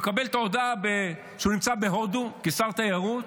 שמקבל את ההודעה כשהוא נמצא בהודו, כשר תיירות.